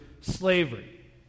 slavery